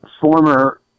former